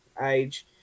age